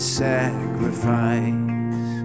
sacrifice